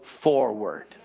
forward